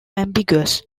ambiguous